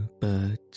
birds